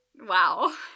Wow